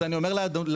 אז אני אומר לאדוני.